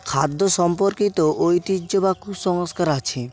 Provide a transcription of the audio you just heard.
খাদ্য সম্পর্কিত ঐতিহ্য বা কুসংস্কার আছে